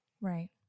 Right